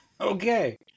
Okay